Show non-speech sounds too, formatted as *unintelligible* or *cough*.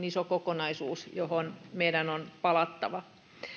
*unintelligible* iso kokonaisuus johon meidän on palattava